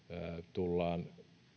tullaan